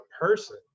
person